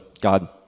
God